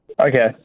Okay